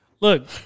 Look